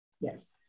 Yes